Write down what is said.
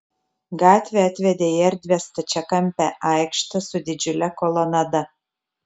gatvė atvedė į erdvią stačiakampę aikštę su didžiule kolonada